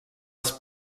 els